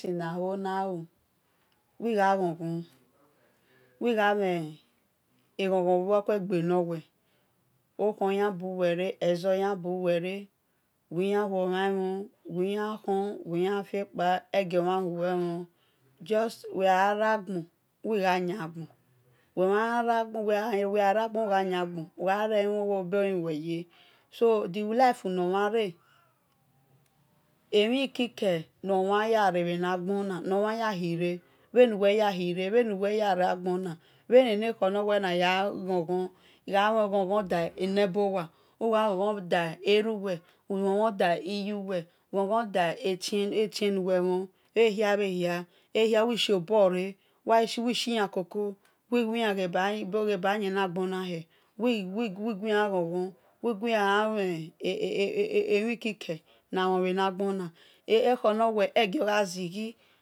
Tinaho-naju wi-gha ghon ghon wi gha mhe eghon ghon bhu we̱kuegenor weh okhon yan buweh re̱ wi-yan huo mhan mhon wil yan khon wil yan fie-kpa wi yan gio mhan hul weh mhon just weh ra-gbon wi-gha yian gbon wegha relimhi wi len weh odelimhi weh ye so the life nor mhan re-e̱ mhi kike nor mhan ya re bhinagbona nor mhan ya hi-re bhe nu weh ya hil-re nagbon a-bhene ne khor na ya ghon-ghon dah ni bowa ugha ghon-ghon dah eruwe-ughon-ghon da iyuwe-ughon ghon da etie-nuwe mhon ehia bhe hia wi shi an koko wi wian gheba ya yien na gbon na heh wigui-an gbon-ghon wigui an ghar mhi emhi kike na mhon bhe na gbona okhor nor weh ghegio-gha zighi